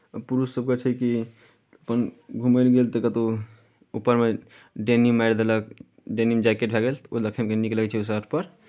पुरुषसभके छै कि अपन घूमय लेल गेल तऽ कतहु ऊपरमे डेनिम मारि देलक डेनिम जैकेट भए गेल तऽ ओ देखयमे नीक लगैत छै ओ शर्टपर